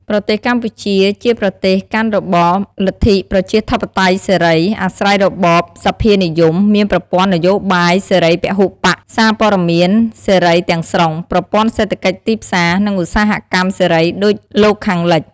ប្រទេសកម្ពុជា ជាប្រទេសកាន់របបលទ្ធិប្រជាធិបតេយ្យសេរី អាស្រ័យរបបសភានិយម មានប្រព័ន្ធនយោបាយសេរីពហុបក្ស សារព័ត៌មានសេរីទាំងស្រុង ប្រព័ន្ធសេដ្ឋកិច្ចទីផ្សារ និងឧស្សាហកម្មសេរីដូចលោកខាងលិច។ ។